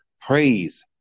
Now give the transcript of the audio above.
praise